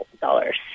dollars